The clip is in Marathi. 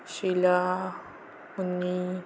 शिला मुन्नी